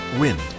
Wind